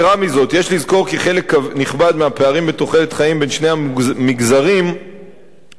יש לזכור כי חלק נכבד מהפערים בתוחלת החיים בין שני המגזרים מוסבר גם